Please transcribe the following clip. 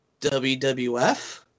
WWF